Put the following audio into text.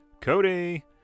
Cody